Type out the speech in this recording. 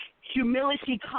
Humility